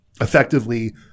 effectively